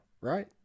right